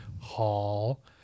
hall